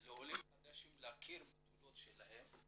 על העולים החדשים את ההכרה בתעודות שלהם,